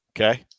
Okay